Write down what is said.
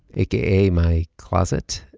aka my closet.